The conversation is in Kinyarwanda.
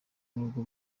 n’ubwo